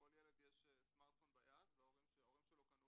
לכל ילד יש סמרטרפון ביד שההורים שלו קנו